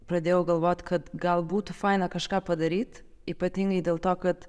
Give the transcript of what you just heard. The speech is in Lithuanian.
pradėjau galvot kad gal būtų faina kažką padaryt ypatingai dėl to kad